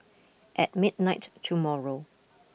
at midnight tomorrow